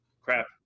Crap